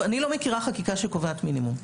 אני לא מכירה חקיקה שקובעת מינימום.